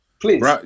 please